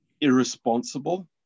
irresponsible